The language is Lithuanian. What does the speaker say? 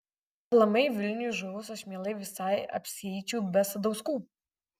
aplamai vilniui žuvus aš mielai visai apsieičiau be sadauskų